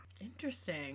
Interesting